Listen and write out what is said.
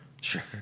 sure